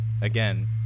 again